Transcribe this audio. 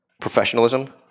professionalism